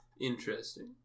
interesting